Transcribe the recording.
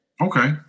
Okay